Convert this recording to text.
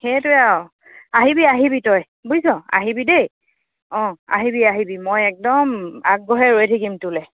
সেইটোৱে আৰু আহিবি আহিবি তই বুজিছ' আহিবি দেই অঁ আহিবি আহিবি মই একদম আগ্ৰহেৰে ৰৈ থাকিম তোলৈ